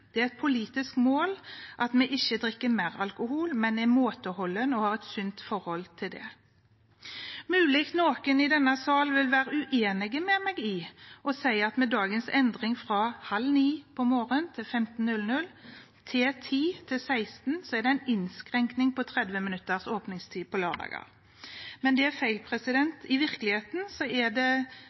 Det er et politisk mål at vi ikke drikker mer alkohol, men er måteholden og har et sunt forhold til det. Det er mulig noen i denne sal vil være uenig med meg og si at med dagens endring fra kl. 8.30–15 til kl. 10–16 er det en innskrenkning på 30 minutters åpningstid på lørdager. Men det er feil. I virkeligheten er det